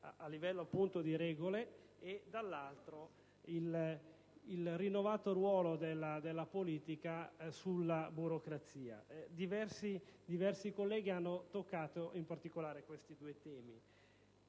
a livello di regole; dall'altro, il rinnovato ruolo della politica sulla burocrazia. Diversi colleghi hanno toccato in particolare questi due temi.